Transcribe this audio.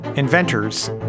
inventors